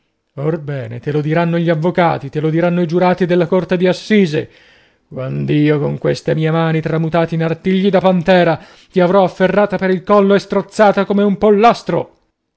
bene te lo diranno gli avvocati te lo diranno i giurati alla corte di assise quand'io con queste mie mani tramutate in artigli da pantera ti avrò afferrata per il collo e strozzata come un pollastro